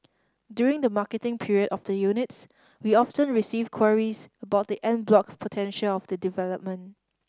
during the marketing period of the units we often receive queries about the en bloc potential of the development